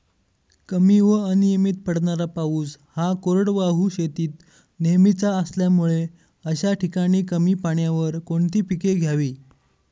कमी व अनियमित पडणारा पाऊस हा कोरडवाहू शेतीत नेहमीचा असल्यामुळे अशा ठिकाणी कमी पाण्यावर कोणती पिके घ्यावी?